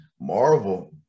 Marvel